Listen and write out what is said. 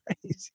crazy